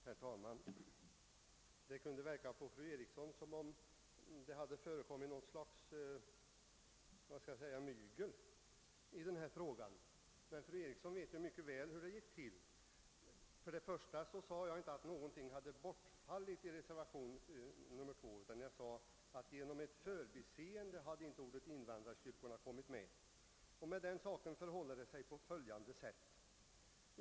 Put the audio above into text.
Herr talman! På fru Eriksson i Stockholm verkade det som om det hade förekommit något slags mygel i denna fråga. Men fru Eriksson vet ju mycket väl hur det gick till. Först och främst sade jag inte att nå got hade bortfallit ur reservationen 2, utan jag sade att ordet »invandrarkyrkorna» genom ett förbiseende inte hade kommit med. Med den saken förhåller det sig på följande sätt.